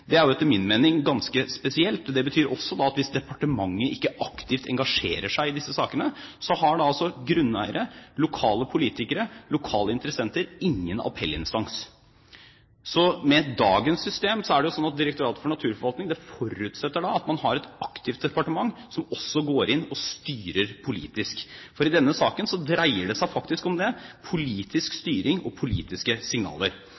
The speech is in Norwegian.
Det er etter min mening ganske spesielt, og det betyr også at hvis departementet ikke aktivt engasjerer seg i disse sakene, har grunneiere, lokale politikere og lokale interessenter ingen appellinstans. Med dagens system er det slik at Direktoratet for naturforvaltning forutsetter at man har et aktivt departement som også går inn og styrer politisk, for i denne saken dreier det seg faktisk om det: politisk styring og politiske signaler.